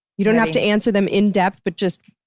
you don't have to answer them in depth but just,